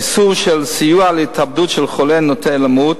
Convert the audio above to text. איסור על סיוע להתאבדות של חולה הנוטה למות,